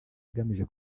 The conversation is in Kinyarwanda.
agamije